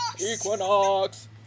Equinox